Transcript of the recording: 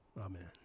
Amen